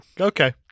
Okay